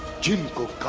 genie of